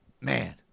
man